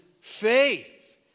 faith